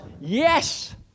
yes